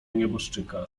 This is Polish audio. nieboszczyka